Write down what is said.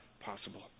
possible